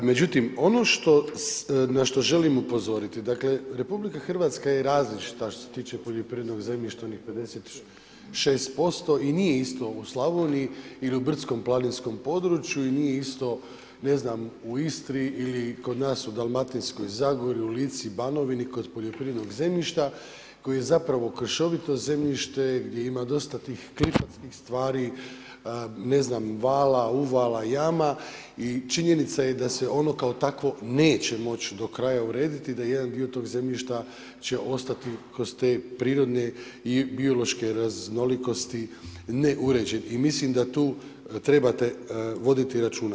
Međutim, ono na što želim upozoriti, dakle RH je različita što se tiče poljoprivrednog zemljišta, onih 56% i nije isto u Slavoniji ili u brdsko-planinskom području i nije isto ne znam u Istri ili kod nas u Dalmatinskoj zagori, u Lici, Banovini kod poljoprivrednog zemljišta koje je kršovito zemljište, gdje ima dosta tih klifatskih stvari, vala, uvala, jama i činjenica je da se ono kao takvo neće moć do kraja urediti, da jedan dio tog zemljišta će ostati kroz te prirodne i biološke raznolikosti ne uređen i mislim da tu trebate voditi računa.